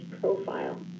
profile